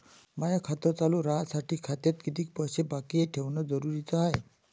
माय खातं चालू राहासाठी खात्यात कितीक पैसे बाकी ठेवणं जरुरीच हाय?